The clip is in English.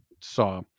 saw